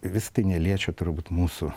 visa tai neliečia turbūt mūsų